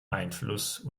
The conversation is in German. einfluss